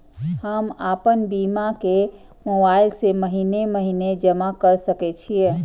हम आपन बीमा के मोबाईल से महीने महीने जमा कर सके छिये?